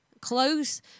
close